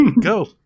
Go